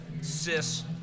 cis